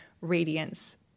radiance